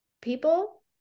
people